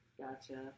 Gotcha